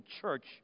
church